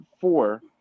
four